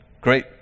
great